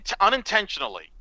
unintentionally